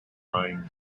trying